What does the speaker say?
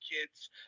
kids